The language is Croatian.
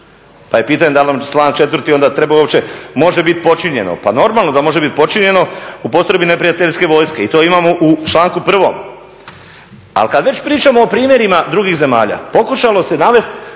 pa je pitanje da li nam članak 4. onda treba uopće, može biti počinjeno. Pa normalno da može biti počinjeno u postrojbi neprijateljske vojske i to imamo u članku 1. Ali kada već pričamo o primjerima drugih zemalja pokušalo se navesti